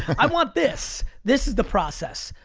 i want this. this is the process.